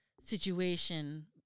situation